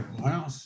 Wow